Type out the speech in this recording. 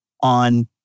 on